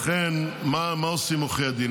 לכן מה עושים עורכי הדין?